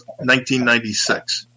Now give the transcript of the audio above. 1996